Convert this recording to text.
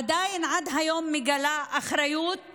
ועדיין עד היום מגלה אחריות